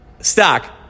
Stock